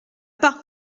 pas